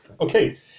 Okay